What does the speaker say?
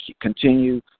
continue